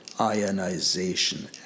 ionization